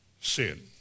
sin